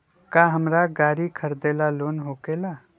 का हमरा गारी खरीदेला लोन होकेला?